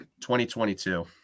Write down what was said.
2022